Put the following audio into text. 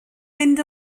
mynd